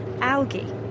algae